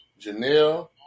Janelle